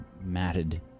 matted